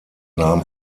nahm